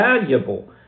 valuable